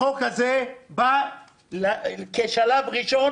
החוק הזה בא כשלב ראשון,